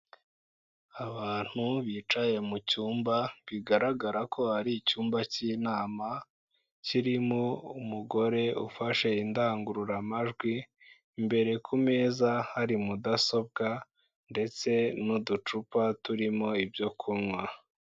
Abantu bicaye mu cyumba, bigaragara ko ari icyumba cy'inama, kirimo umugore ufashe indangururamajwi, imbere ku meza hari mudasobwa ndetse n'uducupa turimo ibyo kunywa.